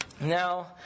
Now